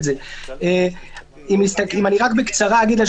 אם מישהו יצטרף אליי להסתייגויות האלה, אני אשמח.